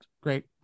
great